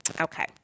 Okay